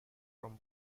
from